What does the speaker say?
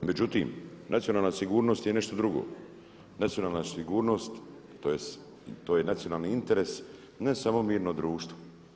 Međutim, nacionalna sigurnost je nešto drugo, nacionalna sigurnost tj. to je nacionalni interes ne samo mirno društvo.